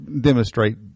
demonstrate